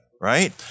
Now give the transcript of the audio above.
right